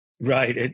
Right